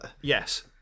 Yes